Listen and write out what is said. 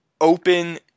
open